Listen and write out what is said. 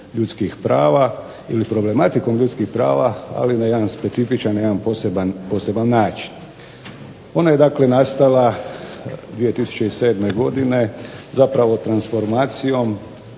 ljudskih prava ili problematikom ljudskih prava ali na jedan specifičan, na jedan poseban način. Ona je dakle nastala 2007. godine zapravo transformacijom